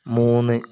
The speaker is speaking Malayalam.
മൂന്ന്